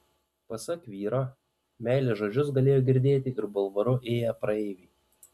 pasak vyro meilės žodžius galėjo girdėti ir bulvaru ėję praeiviai